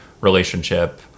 relationship